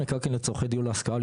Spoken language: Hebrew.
בהגדרה "מקרקעין לצורכי דיור להשכרה",